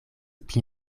pli